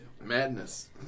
Madness